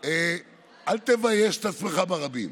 בעיני מישהו, בריאותית,